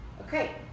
okay